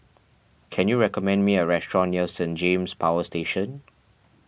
can you recommend me a restaurant near Saint James Power Station